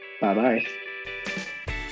Bye-bye